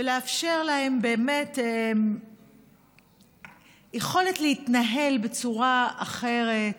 ולאפשר להם באמת יכולת להתנהל בצורה אחרת,